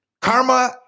Karma